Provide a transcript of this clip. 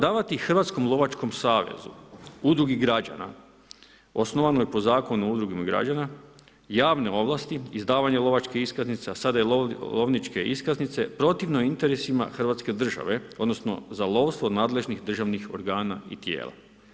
Davati Hrvatskom lovačkom savezu udrugi građana osnovanoj po Zakonu o udrugama građana javne ovlasti, izdavanje lovačkih iskaznica, sada i lovničke iskaznice protivno je interesima hrvatske države, odnosno za lovstvo nadležnih državnih organa i tijela.